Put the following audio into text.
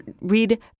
read